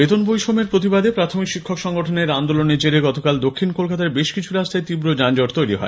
বেতন বৈষম্যে প্রতিবাদে প্রাথমিক শিক্ষক সংগঠনের আন্দোলনের জেরে গতকাল দক্ষিণ কলকাতার বেশ কিছু রাস্তায় তীব্র যানজট তৈরি হয়